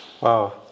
Wow